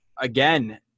again